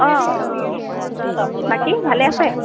অ' অ' বাকী ভালে আছে